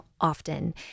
often